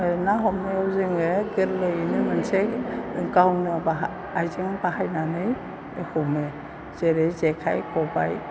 ना हमनायाव जोङो गोरलैयैनो मोनसे गावनो बाहाय आयजें बाहायनानै हमो जेरै जेखाइ खबाइ